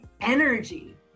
energy